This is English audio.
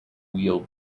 wheel